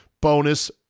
bonus